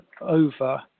over